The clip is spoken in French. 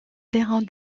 terrain